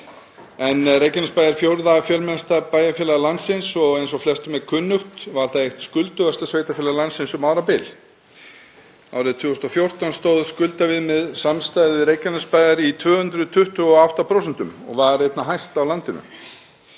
Reykjanesbær er fjórða fjölmennasta bæjarfélaga landsins og eins og flestum er kunnugt var það eitt skuldugasta sveitarfélag landsins um árabil. Árið 2014 stóðu skuldaviðmið samstæðu Reykjanesbæjar í 228% sem var einna hæst á landinu.